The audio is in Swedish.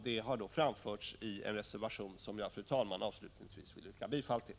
Detta har framförts i en reservation, som jag, fru talman, avslutningsvis vill yrka bifall till.